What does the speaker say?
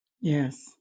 Yes